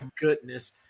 goodness